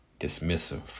dismissive